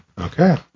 Okay